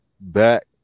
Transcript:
back